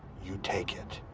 you take it.